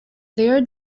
there